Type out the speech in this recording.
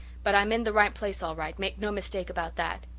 but i'm in the right place all right make no mistake about that.